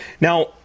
now